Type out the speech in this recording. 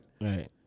Right